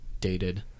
dated